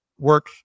work